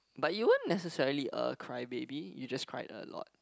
but you weren't necessarily a cry baby you just cried a lot